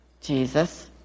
Jesus